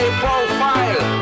profile